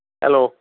hello